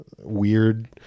weird